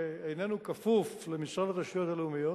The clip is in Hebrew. שאיננו כפוף למשרד התשתיות הלאומיות,